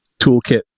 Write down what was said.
toolkit